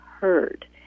heard